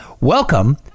welcome